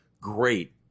Great